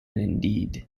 indeed